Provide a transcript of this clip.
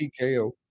TKO